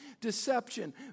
Deception